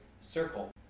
circle